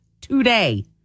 today